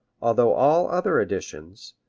although all other editions,